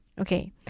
Okay